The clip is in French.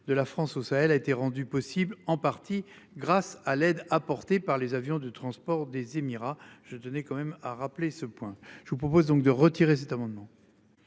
de la France au Sahel a été rendu possible en partie grâce à l'aide apportée par les avions de transport des Émirats je tenais quand même à rappeler ce point je vous propose donc de retirer cet amendement.